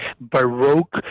baroque